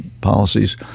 policies